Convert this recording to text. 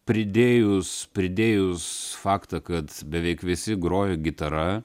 pridėjus pridėjus faktą kad beveik visi groja gitara